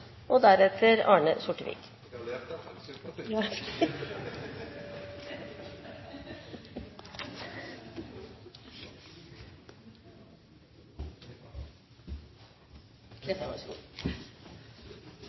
og deretter